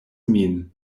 min